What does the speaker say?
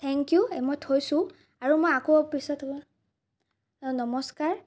thank you মই থৈছোঁ আৰু মই আকৌ পিছত অ' নমষ্কাৰ